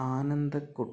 Anandakuttan